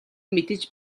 мэдэж